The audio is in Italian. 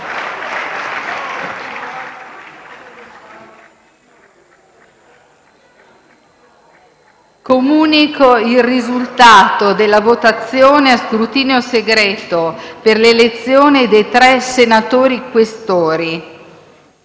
Comunico il risultato della votazione a scrutinio segreto per l’elezione dei tre senatori Questori: